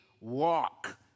walk